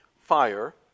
fire